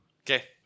Okay